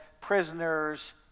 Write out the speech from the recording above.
prisoners